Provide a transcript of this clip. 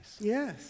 yes